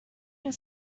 your